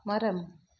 மரம்